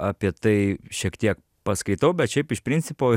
apie tai šiek tiek paskaitau bet šiaip iš principo